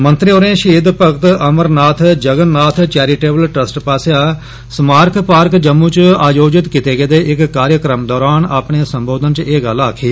मंत्री होरें Shaheed Bhagat Amarnath Jagannath charitable trust पास्सेआ समार्क पार्क जम्मू च आयोजित कीते गेदे इक्क कार्यक्रम दरान अपने संबोधन च एह गल्ल आक्खी